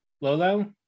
Lolo